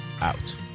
out